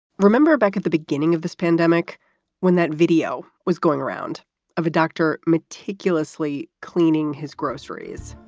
remember back at the beginning of this pandemic when that video was going around of a doctor meticulously cleaning his groceries?